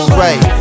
right